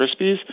Krispies